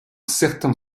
certain